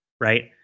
Right